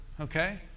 okay